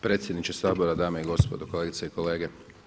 Predsjedniče Sabora, dame i gospodo, kolegice i kolege.